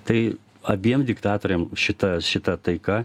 tai abiem diktatoriam šita šita taika